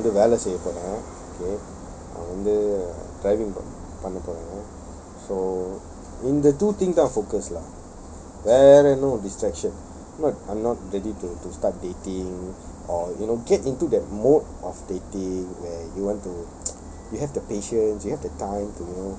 now நான் வந்து வெள செய்ய போரன்:naan wanthu weala seiya poaren okay கத்துக்க போரன்:kathuka poarean so in the two things focus lah there are no distraction not I'm not ready to to start dating or you know get into that mode of dating where you want to you have the patience you have the time to you know